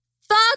Fuck